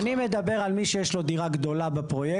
אני מדבר על מי שיש לו דירה גדולה בפרויקט.